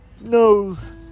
knows